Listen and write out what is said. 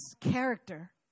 character